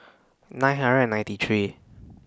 nine hundred and ninety three